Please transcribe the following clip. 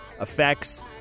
effects